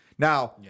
Now